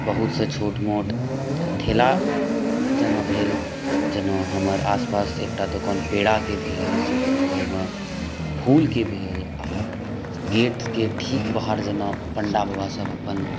बहुत छोटमोट ठेला जेना भेल जेना हमर आसपास एकटा दोकान पेड़ाके भेल से ओकर बगलमे फूलके भेल आ गेटके ठीक बाहर जेना पण्डा बबासब अपन